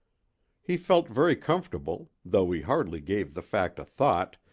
he felt very comfortable, though he hardly gave the fact a thought,